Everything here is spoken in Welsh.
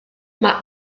mae